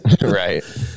Right